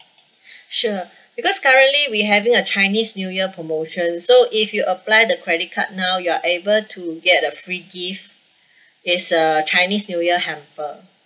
sure because currently we having a chinese new year promotion so if you apply the credit card now you are able to get a free gift it's a chinese new year hamper